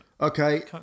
Okay